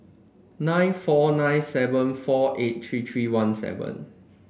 nine four nine seven four eight three three one seven